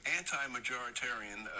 anti-majoritarian